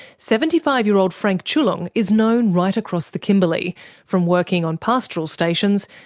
seventy five year old frank chulung is known right across the kimberley from working on pastoral stations,